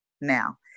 now